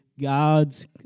God's